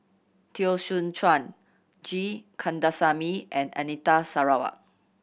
Teo Soon Chuan G Kandasamy and Anita Sarawak